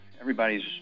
everybody's